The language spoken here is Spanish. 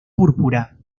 púrpura